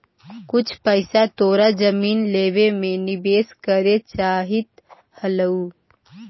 कुछ पइसा तोरा जमीन लेवे में निवेश करे चाहित हलउ